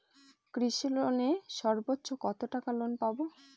কৃষি লোনে সর্বোচ্চ কত টাকা লোন পাবো?